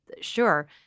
sure